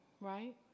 right